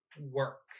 work